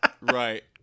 right